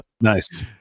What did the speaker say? Nice